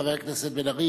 חבר הכנסת בן-ארי,